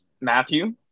Matthew